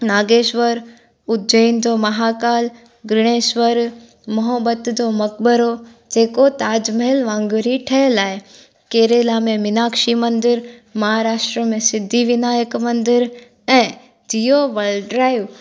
नागेश्वर उज्जैन जो महाकाल ग्रणेश्वर मोहबत जो मक़बरो जेको ताजमहल वांगुरु ई ठहियलु आहे केरला में मिनाक्षी मंदरु महाराष्ट्रा में सिद्धी विनायक मंदरु ऐं जियो वल्ड ड्राइव